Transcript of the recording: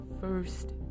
first